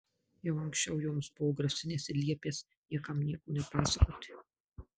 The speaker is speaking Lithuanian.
jau anksčiau joms buvo grasinęs ir liepęs niekam nieko nepasakoti